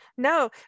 No